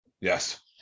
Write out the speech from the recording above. Yes